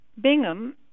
Bingham